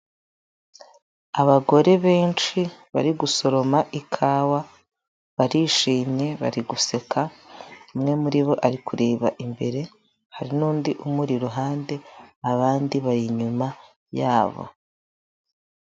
Abagore benshi bari gusoroma ikawa, barishimye bari guseka, umwe muri bo ari kureba imbere, hari n'undi umuri iruhande, abandi bari inyuma yabo.